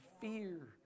fear